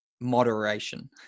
moderation